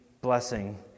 blessing